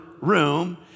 room